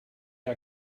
are